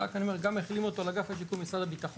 אני רק אומר שמחילים אותו גם על אגף השיקום במשרד הביטחון,